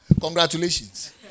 Congratulations